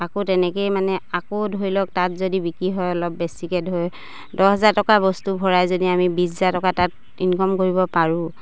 আকৌ তেনেকেই মানে আকৌ ধৰি লওক তাত যদি বিক্ৰী হয় অলপ বেছিকে দহ হাজাৰ টকা বস্তু ভৰাই যদি আমি বিছ হাজাৰ টকা তাত ইনকম কৰিব পাৰোঁ